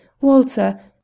Walter